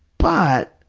but